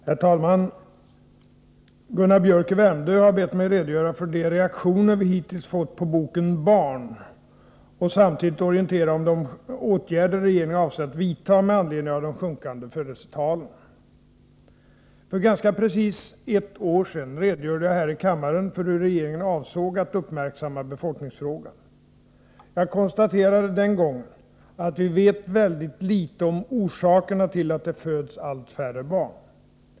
Herr talman! Gunnar Biörck i Värmdö har bett mig redogöra för de reaktioner vi hittills fått på boken ”Barn?” och samtidigt orientera om de åtgärder regeringen avser att vidta med anledning av de sjunkande födelsetalen. För ganska precis ett år sedan redogjorde jag här i kammaren för hur regeringen avsåg att uppmärksamma befolkningsfrågan. Jag konstaterade den gången att vi vet väldigt litet om orsakerna till att det föds allt färre barn.